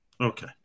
Okay